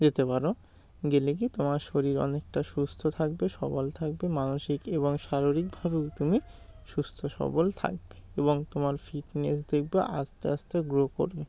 যেতে পারো গেলে কি তোমার শরীর অনেকটা সুস্থ থাকবে সবল থাকবে মানসিক এবং শারীরিকভাবেও তুমি সুস্থ সবল থাকবে এবং তোমার ফিটনেস দেখবে আস্তে আস্তে গ্রো করবে